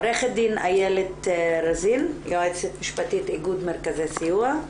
עו"ד איילת רזין יועצת משפטית איגוד מרכזי הסיוע.